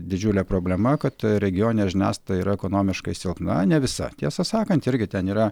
didžiulė problema kad regioninė žiniasklaida yra ekonomiškai silpna ne visa tiesą sakant irgi ten yra